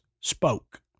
spoke